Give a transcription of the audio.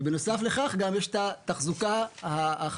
בנוסף לכך גם יש את התחזוקה החשובה,